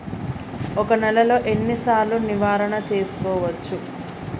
ఒక నెలలో ఎన్ని సార్లు వివరణ చూసుకోవచ్చు?